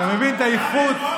אתה מבין את האיכות,